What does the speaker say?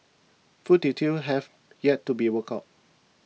full details have yet to be worked out